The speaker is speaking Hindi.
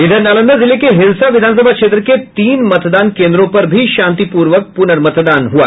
इधर नालंदा जिले के हिलसा विधानसभा क्षेत्र के तीन मतदान केन्द्रों पर भी शांतिपूर्वक पुनर्मतदान हुआ